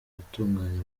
gutunganya